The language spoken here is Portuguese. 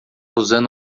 usando